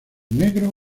negro